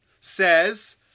says